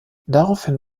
daraufhin